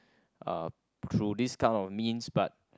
uh through this kind of means but